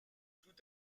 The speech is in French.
tout